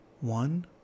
one